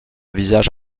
visage